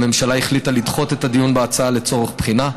הממשלה החליטה לדחות את הדיון בהצעה לצורך בחינה.